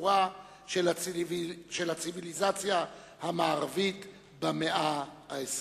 בסיפורה של הציוויליזציה המערבית במאה ה-20".